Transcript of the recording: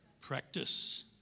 Practice